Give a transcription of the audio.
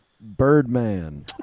Birdman